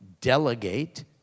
delegate